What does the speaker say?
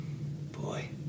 Boy